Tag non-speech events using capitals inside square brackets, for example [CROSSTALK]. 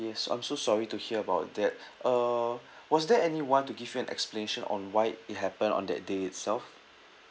yes I'm so sorry to hear about that [BREATH] uh [BREATH] was there anyone to give you an explanation on why it happened on that day itself